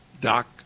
Doc